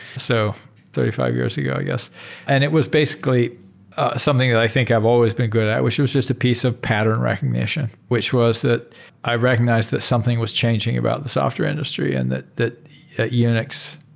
so thirty five years ago i guess. and it was basically ah something that i think i've always been good at, which was just a piece of pattern recognition, which was that i recognized that something was changing about the software industry and that that unix,